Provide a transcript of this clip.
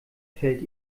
fällt